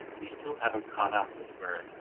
we still haven't caught up with verne.